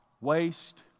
waste